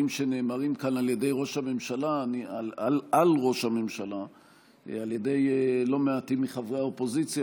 שנאמרים כאן על ראש הממשלה על ידי לא מעטים מחברי האופוזיציה,